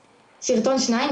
סרטון-שניים,